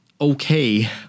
okay